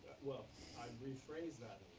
rephrase that,